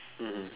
mmhmm